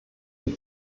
die